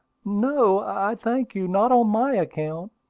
no, i thank you not on my account,